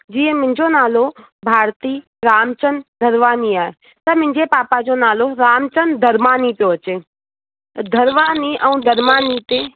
जी मुंहिंजो नालो भारती रामचंद धरवानी आहे ऐं मुंहिंजे पापा जो नालो रामचंद धरमानी पियो अचे धरवानी ऐं धरमानी ते